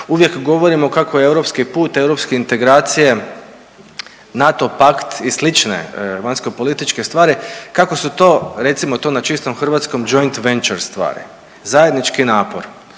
uvijek govorimo kako je europski put, europske integracije, NATO pakt i slične vanjsko-političke stvari kako su to recimo to na čistom Hrvatskom joint venture stvari, zajednički napor.